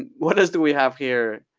and what else do we have here?